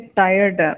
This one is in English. tired